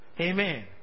Amen